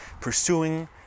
pursuing